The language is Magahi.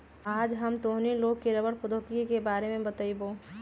आज हम तोहनी लोग के रबड़ प्रौद्योगिकी के बारे में बतईबो